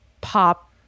pop